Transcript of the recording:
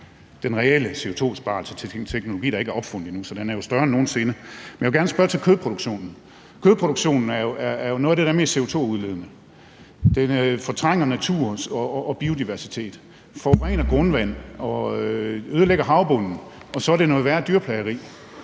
den reelle CO2-besparelse til teknologi, der ikke er opfundet endnu. Så den er jo større end nogen sinde. Men jeg vil gerne spørge til kødproduktionen. Kødproduktionen er jo noget af det, der er mest CO2-udledende. Den fortrænger natur og biodiversitet, forurener grundvandet og ødelægger havbunden, og så er det noget værre dyrplageri.